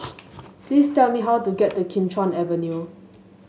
please tell me how to get to Kim Chuan Avenue